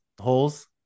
holes